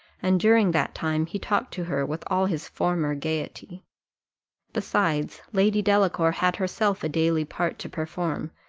and during that time he talked to her with all his former gaiety besides, lady delacour had herself a daily part to perform,